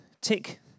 tick